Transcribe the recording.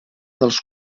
dels